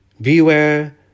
Beware